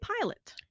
pilot